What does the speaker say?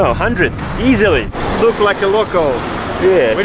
ah hundred easily look like a local yeah, but